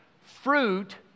Fruit